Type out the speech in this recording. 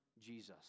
Jesus